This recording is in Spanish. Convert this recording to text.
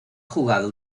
jugado